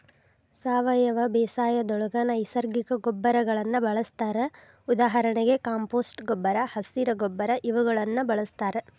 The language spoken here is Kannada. ಸಾವಯವ ಬೇಸಾಯದೊಳಗ ನೈಸರ್ಗಿಕ ಗೊಬ್ಬರಗಳನ್ನ ಬಳಸ್ತಾರ ಉದಾಹರಣೆಗೆ ಕಾಂಪೋಸ್ಟ್ ಗೊಬ್ಬರ, ಹಸಿರ ಗೊಬ್ಬರ ಇವುಗಳನ್ನ ಬಳಸ್ತಾರ